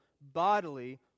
bodily